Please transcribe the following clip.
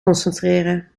concentreren